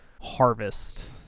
harvest